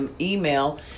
email